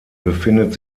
befindet